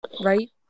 Right